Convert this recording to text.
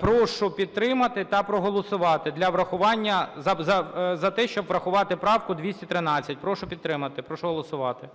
Прошу підтримати та проголосувати для врахування. За те, щоб врахувати правку 213. Прошу підтримати. Прошу голосувати.